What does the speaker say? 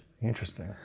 Interesting